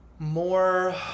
more